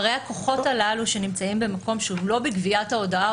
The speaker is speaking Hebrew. פערי הכוחות הללו שנמצאים במקום שהוא לא בגביית ההודעה או